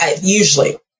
Usually